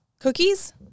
Cookies